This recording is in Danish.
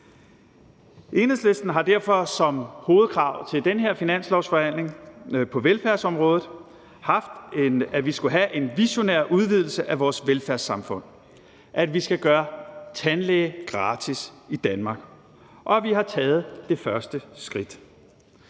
Enhedslisten har derfor som hovedkrav til den her finanslovsforhandling på velfærdsområdet haft, at vi skulle have en visionær udvidelse af vores velfærdssamfund, nemlig at vi skal gøre tandlæge gratis i Danmark. Og vi har taget det første skridt.